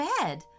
bed